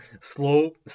Slow